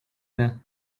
bear